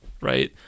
right